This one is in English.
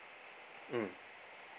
mm